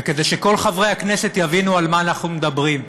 כדי שכל חברי הכנסת יבינו על מה אנחנו מדברים,